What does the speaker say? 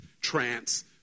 trance